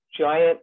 giant